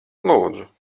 lūdzu